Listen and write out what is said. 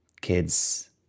kids